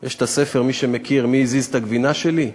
יש הספר, מי שמכיר, "מי הזיז את הגבינה שלי?"